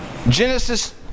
Genesis